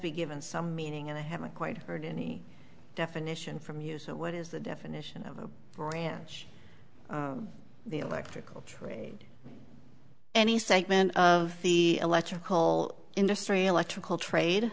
be given some meaning and i haven't quite heard any definition from you so what is the definition of a branch of the electrical trade any segment of the electrical industry electrical trade